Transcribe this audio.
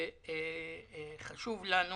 וחשוב לנו